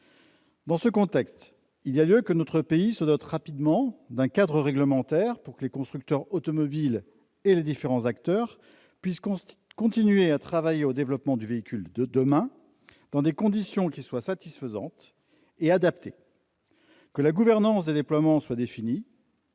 Dans ce contexte, notre pays doit se doter rapidement d'un cadre réglementaire, afin que les constructeurs automobiles et les différents acteurs puissent continuer à travailler au développement du véhicule de demain dans des conditions satisfaisantes et adaptées, que la gouvernance des déploiements soit définie